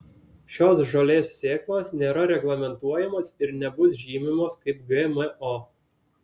šios žolės sėklos nėra reglamentuojamos ir nebus žymimos kaip gmo